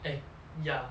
eh ya